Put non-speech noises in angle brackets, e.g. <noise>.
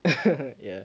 <laughs> ya